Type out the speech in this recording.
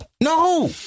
no